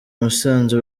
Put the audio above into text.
musanze